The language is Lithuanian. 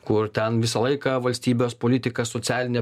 kur ten visą laiką valstybės politika socialinė